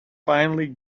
finally